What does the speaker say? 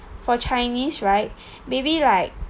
for chinese right maybe like